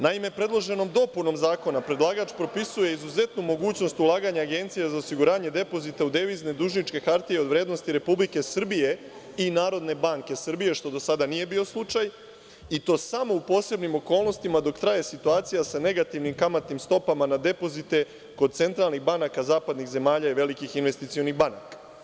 Naime, predloženom dopunom Zakona predlagač propisuje izuzetnu mogućnost ulaganja Agencije za osiguranje depozita u devizne dužničke hartije od vrednosti Republike Srbije i Narodne banke Srbije, što do sada nije bio slučaj, i to samo u posebnim okolnostima, dok traje situacija sa negativnim kamatnim stopama na depozite kod centralnih banaka zapadnih zemalja i velikih investicionih banaka.